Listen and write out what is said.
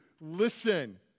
listen